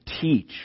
teach